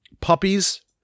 puppies